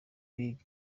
big